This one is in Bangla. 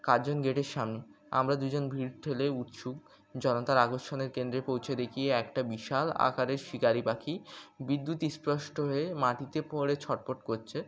কার্জন গেটের সামনে আমরা দুজন ভিড় ঠেলে উৎসুক জনতার আকর্ষণের কেন্দ্রে পৌঁছে দেখি একটা বিশাল আকারের শিকারি পাখি বিদ্যুৎস্পৃষ্ট হয়ে মাটিতে পড়ে ছটফট করছে